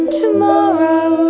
tomorrow